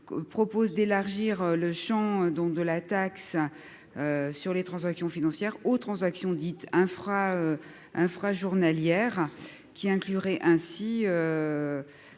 propose d'élargir le Champ, donc de la taxe sur les transactions financières aux transactions dites infra-infrajournalières qui inclurait ainsi